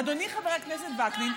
אדוני חבר הכנסת וקנין,